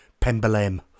Pembalem